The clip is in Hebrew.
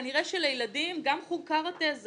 כנראה שלילדים גם חוג קראטה,